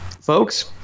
Folks